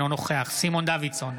אינו נוכח סימון דוידסון,